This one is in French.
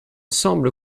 semble